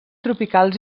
tropicals